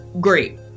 great